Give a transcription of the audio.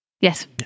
Yes